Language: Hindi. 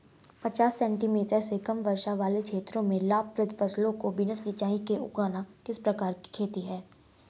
पचास सेंटीमीटर से कम वर्षा वाले क्षेत्रों में लाभप्रद फसलों को बिना सिंचाई के उगाना किस प्रकार की खेती है?